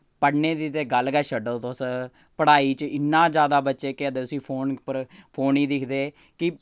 पढ़ने दी ते गल्ल गै छोड़ो तुस पढ़ाई च इन्ना जैदा बच्चे केह् आखदे उस्सी फोन उप्पर फोन गी दिक्खदे कि